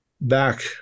back